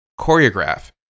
choreograph